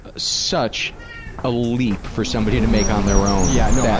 ah such a leap for somebody to make on their own. yeah no, yeah